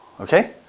Okay